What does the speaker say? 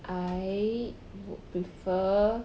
I would prefer